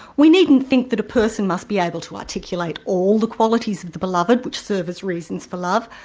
we needn't think that a person must be able to articulate all the qualities of the beloved which serve as reasons for love,